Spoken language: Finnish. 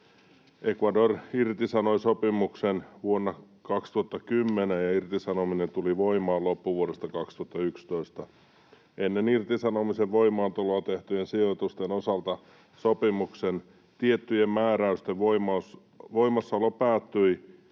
Ecuador irtisanoi sopimuksen vuonna 2010, ja irtisanominen tuli voimaan loppuvuodesta 2011. Ennen irtisanomisen voimaantuloa tehtyjen sijoitusten osalta sopimuksen tiettyjen määräysten voimassaolo päättyi